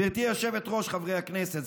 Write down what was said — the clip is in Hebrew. גברתי היושבת-ראש, חברי הכנסת.